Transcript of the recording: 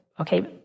okay